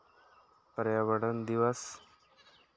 ᱯᱨᱟᱭᱟᱵᱟᱨᱚᱱ ᱫᱤᱵᱚᱥ